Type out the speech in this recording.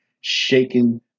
shaking